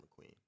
McQueen